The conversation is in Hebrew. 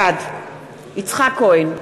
בעד יצחק כהן,